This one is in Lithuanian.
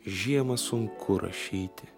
žiemą sunku rašyti